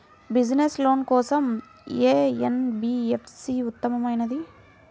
Business loan కోసం ఏ NBFC ఉత్తమమైనది?